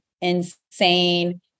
insane